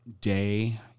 day